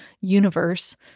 universe